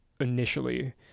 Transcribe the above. initially